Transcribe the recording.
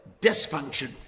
dysfunction